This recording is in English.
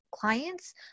Clients